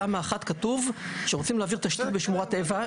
בתמ"א 1 כתוב שכשרוצים להעביר תשתיות בשמורת טבע,